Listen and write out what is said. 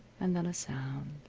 and then a sound,